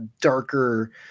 darker